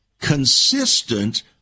consistent